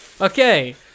Okay